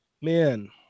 man